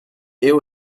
eeuw